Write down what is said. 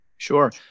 Sure